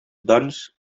doncs